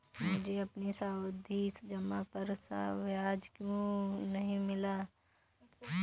मुझे अपनी सावधि जमा पर ब्याज क्यो नहीं मिला?